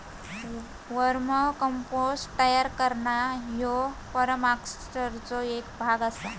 वर्म compost तयार करणा ह्यो परमाकल्चरचो एक भाग आसा